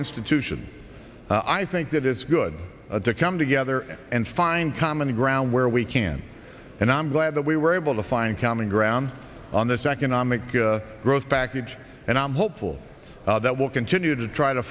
institution i think that it's good to come together and find common ground where we can and i'm glad that we were able to find common ground on this economic growth package and i'm hopeful that we'll continue to try to